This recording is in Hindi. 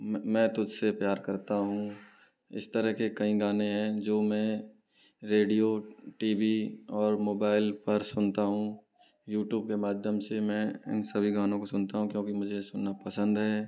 मैं तुझ से प्यार करता हूँ इस तरह के कई गाने हैं जो मैं रेडियो टी वी और मोबाइल पर सुनता हूँ यूट्यूब के माध्यम से मैं इन सभी गानों को सुनता हूँ क्योंकि मुझे सुनना पसंद है